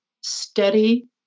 steady